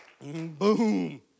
Boom